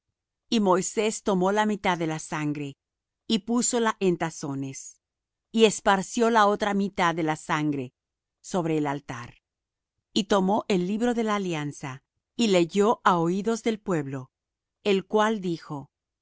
y moisés tomó la mitad de la sangre y púsola en tazones y esparció la otra mitad de la sangre sobre el altar y tomó el libro de la alianza y leyó á oídos del pueblo el cual dijo